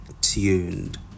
tuned